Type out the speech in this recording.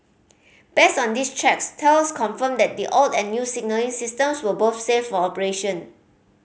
based on these checks Thales confirmed that the old and new signalling systems were both safe for operation